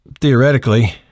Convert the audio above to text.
theoretically